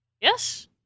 Yes